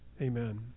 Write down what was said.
Amen